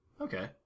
Okay